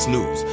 News